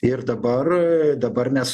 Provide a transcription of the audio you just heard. ir dabar dabar mes